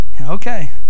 Okay